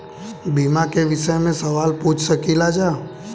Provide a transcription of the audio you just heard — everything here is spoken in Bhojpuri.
बीमा के विषय मे सवाल पूछ सकीलाजा?